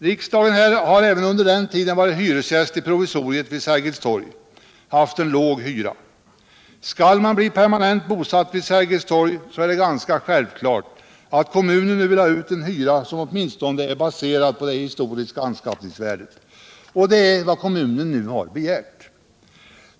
Riksdagen har även under den tid den varit hyresgäst i provisoriet vid Sergels torg halt en låg hyra. Skall man bli permanent bosatt vid Sergels torg, är det ganska självklart att kommunen nu vill ha ut en hyra som åtminstone är baserad på det historiska anskaffningsvärdet. Det är vad kommunen nu har begärt.